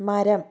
മരം